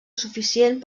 suficient